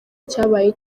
icyabaye